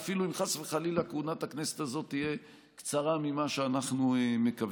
אפילו אם חס וחלילה כהונת הכנסת הזה תהיה קצרה ממה שאנחנו מקווים.